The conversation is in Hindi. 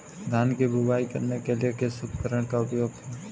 धान की बुवाई करने के लिए किस उपकरण का उपयोग करें?